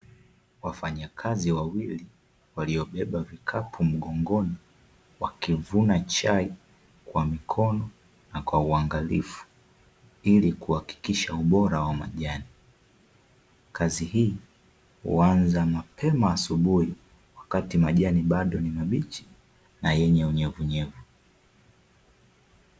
Wafanyakazi wawili waliobeba vikapu mgongoni wakivuna chai kwa mikono na kwa uangalifu, ili kuhakikisha ubora wa majani. Kazi hii huanza mapema asubuhi wakati majani bado ni mabichi na yenye unyevunyevu.